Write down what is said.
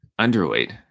underweight